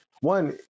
One